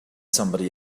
somebody